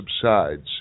subsides